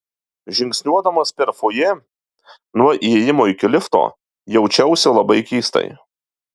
žingsniuodamas per fojė nuo įėjimo iki lifto jaučiausi labai keistai